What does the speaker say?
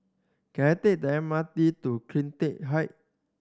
can I take the M R T to Cleantech Height